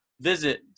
visit